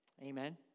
Amen